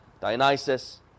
Dionysus